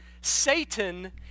Satan